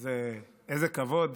איזה כבוד.